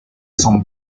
son